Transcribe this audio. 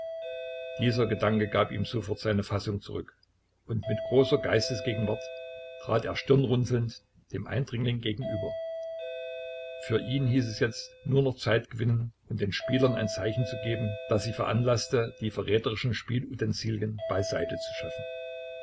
dieser gedanke gab ihm sofort seine fassung zurück und mit großer geistesgegenwart trat er stirnrunzelnd dem eindringling gegenüber für ihn hieß es jetzt nur noch zeit gewinnen und den spielern ein zeichen zu geben das sie veranlaßte die verräterischen spielutensilien beiseite zu schaffen